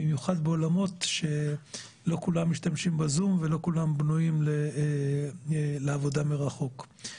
במיוחד בעולמות שבהם לא כולם משתמשים בזום ולא בנויים לעבודה מרחוק.